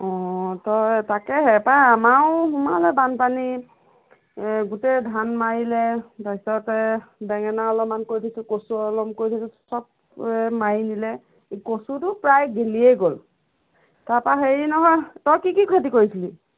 অঁ তই তাকেহে পাই আমাৰো সোমালে বানপানী গোটেই ধান মাৰিলে তাৰপিছতে বেঙেনা অলপমান কৰি দিছোঁ কচু অলপ কৰি দি থৈছোঁ চব মাৰি নিলে কচুটো প্ৰায় গেলিয়েই গ'ল তাপা হেৰি নহয় তই কি কি খেতি কৰিছিলি